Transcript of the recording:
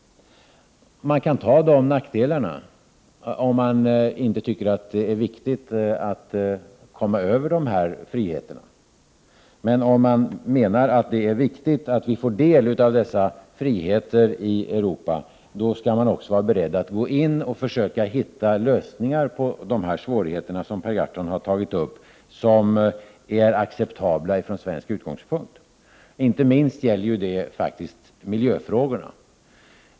Man kan ta de nackdelarna, om man inte tycker att det är viktigt att komma över dessa friheter. Men om man menar att det är viktigt att vi får del av dessa friheter i Europa, då skall man också vara beredd att gå in och försöka hitta lösningar på de svårigheter som Per Gahrton har tagit upp, lösningar som är acceptabla från svensk utgångspunkt. Inte minst gäller det faktiskt miljöfrågorna.